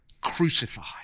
crucified